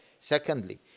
Secondly